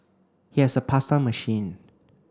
he has a pasta machine